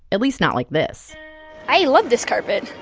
at least not like this i love this carpet.